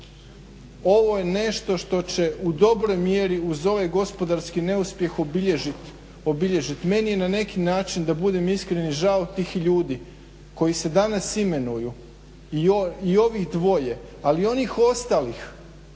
ovo je nešto što će u dobroj mjeri uz ovaj gospodarski neuspjeh obilježiti. Meni je na neki način da budem iskren i žao tih ljudi koji se danas imenuju i ovih dvoje. Ali onih ostalih,